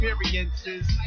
experiences